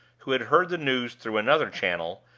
who had heard the news through another channel,